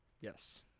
Yes